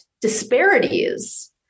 disparities